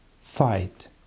fight